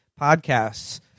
podcasts